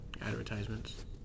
advertisements